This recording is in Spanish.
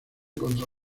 contra